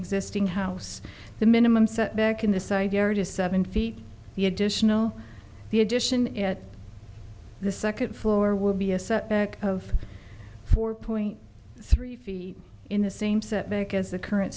existing house the minimum setback in this idea are just seven feet the additional the addition in the second floor would be a setback of four point three feet in the same setback as the current